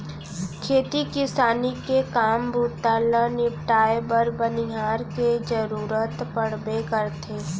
खेती किसानी के काम बूता ल निपटाए बर बनिहार के जरूरत पड़बे करथे